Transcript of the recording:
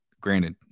Granted